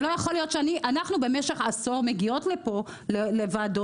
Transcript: לא יכול להיות שאנחנו במשך עשור מגיעות לפה לוועדות,